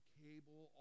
cable